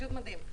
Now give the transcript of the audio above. מדהים.